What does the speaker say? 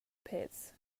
pits